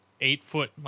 eight-foot